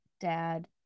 dad